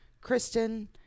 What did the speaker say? Kristen